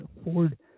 afford